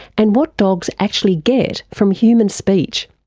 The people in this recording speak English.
and what dogs actually get from human speech.